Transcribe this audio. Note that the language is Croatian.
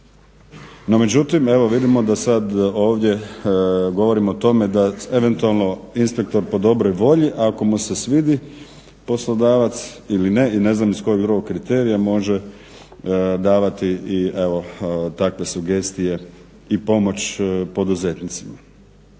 No međutim evo vidimo da sad ovdje govorimo o tome da eventualno inspektor po dobroj volji ako mu se svidi poslodavac ili ne, ne znam iz kojeg drugog kriterija može davati i evo takve sugestije i pomoć poduzetnicima.